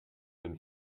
been